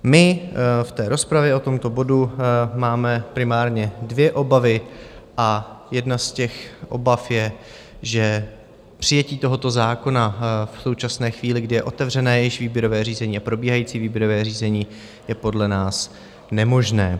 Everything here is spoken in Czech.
My v rozpravě o tomto bodu máme primárně dvě obavy a jedna z těch obav je, že přijetí tohoto zákona v současné chvíli, kdy je otevřené již výběrové řízení a probíhající výběrové řízení, je podle nás nemožné.